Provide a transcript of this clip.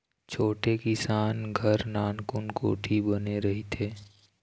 छोटे किसान घर नानकुन कोठी बने रहिथे